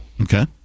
Okay